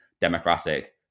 democratic